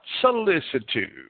solicitude